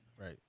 Right